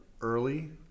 early